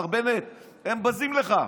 מר בנט, הם בזים לך.